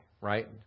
right